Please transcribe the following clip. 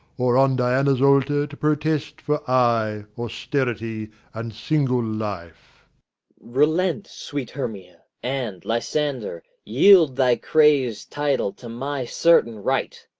or on diana's altar to protest for aye austerity and single life relent, sweet hermia and, lysander, yield thy crazed title to my certain right.